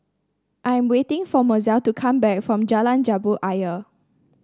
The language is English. I'm waiting for Mozell to come back from Jalan Jambu Ayer